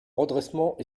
redressement